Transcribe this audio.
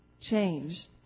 change